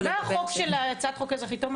מה הצעת החוק האזרחי אומרת?